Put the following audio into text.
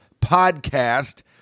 podcast